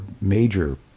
major